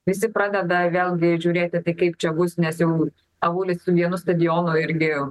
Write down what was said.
visi pradeda vėl žiūrėti tai kaip čia bus nes jau avulis su vienu stadionu irgi